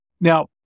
Now